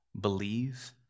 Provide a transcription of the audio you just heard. believe